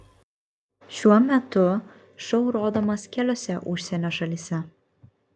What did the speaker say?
šiuo metu šou rodomas keliose užsienio šalyse